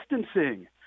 distancing